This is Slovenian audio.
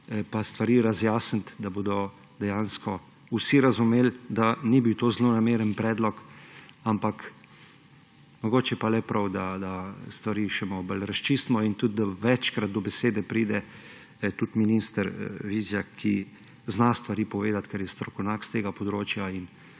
pa stvari razjasniti, da bodo dejansko vsi razumeli, da ni bil to zlonameren predlog. Ampak mogoče pa je le prav, da stvari še bolj razčistimo in tudi, da večkrat do besede pride tudi minister Vizjak, ki zna stvari povedati, ker je strokovnjak s tega področja.